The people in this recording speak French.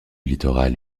littoral